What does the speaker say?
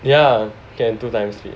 ya can two times speed